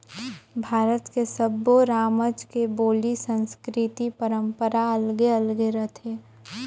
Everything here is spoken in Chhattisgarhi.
भारत के सब्बो रामज के बोली, संस्कृति, परंपरा अलगे अलगे रथे